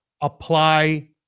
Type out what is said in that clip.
apply